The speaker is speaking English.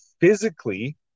physically